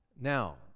Now